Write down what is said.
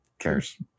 cares